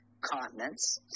continents